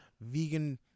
vegan